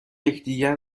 یکدیگر